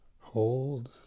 hold